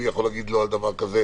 ומי יכול להגיד לא על דבר אחר?